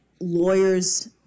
lawyers